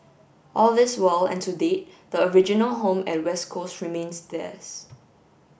all this while and to date the original home at West Coast remains theirs